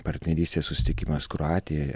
partnerystės susitikimas kroatijoje